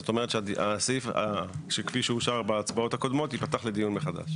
זאת אומרת שהסעיף כפי שאושר בהצבעות הקודמות יפתח לדיון מחדש.